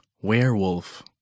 Werewolf